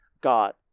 God